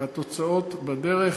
והתוצאות בדרך.